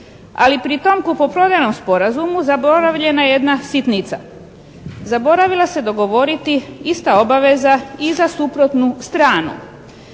ali pri tom kupoprodajnom sporazumu zaboravljena je jedna sitnica. Zaboravila se dogovoriti ista obaveza i za suprotnu stranu.